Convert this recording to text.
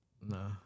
No